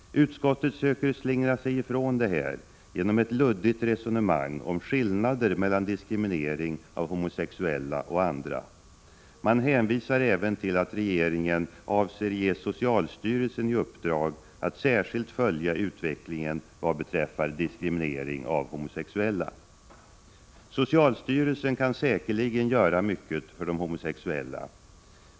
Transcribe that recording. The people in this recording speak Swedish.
Utskottet söker slingra sig ifrån detta genom ett luddigt resonemang om skillnader mellan diskriminering av homosexuella och andra. Man hänvisar även till att regeringen avser ge socialstyrelsen i uppdrag att särskilt följa utvecklingen vad beträffar diskriminering av homosexuella. Socialstyrelsen kan säkerligen göra mycket för de homosexuella.